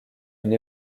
une